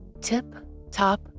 Tip-top